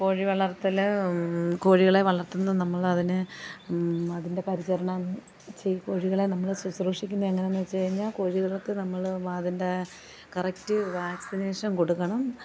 കോഴി വളർത്തൽ കോഴികളെ വളർത്തുന്നു നമ്മൾ അതിനെ അതിൻ്റെ പരിചരണം ചെയ്ത് കോഴികളെ നമ്മൾ ശുശ്രൂഷിക്കുന്നത് എങ്ങനെയാണെന്ന് വെച്ച് കഴിഞ്ഞാൽ കോഴികൾക്ക് നമ്മൾ അതിൻ്റെ കറക്റ്റ് വാക്സിനേഷൻ കൊടുക്കണം